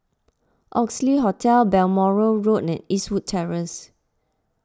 Oxley Hotel Balmoral Road and Eastwood Terrace